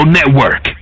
Network